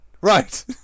Right